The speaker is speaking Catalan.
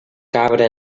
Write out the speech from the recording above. cabra